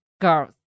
girls